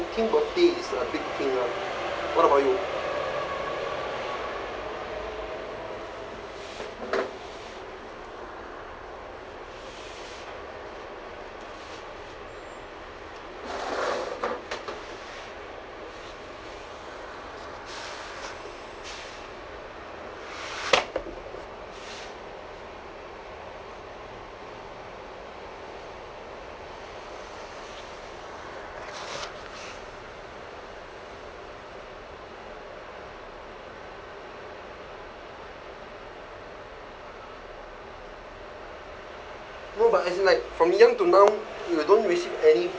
think birthday is a big thing lah what about you no but as in like from young to now you don't receive any